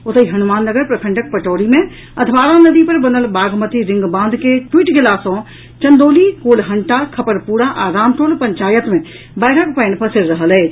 ओतहि हनुमान नगर प्रखंडक पटौरी मे अधवारा नदी पर बनल बागमती रिंगबांध के टूटि गेला सँ चंदौली कोलहंटा खपरपुरा आ रामटोल पंचायत मे बाढ़िक पानि पसरि रहल अछि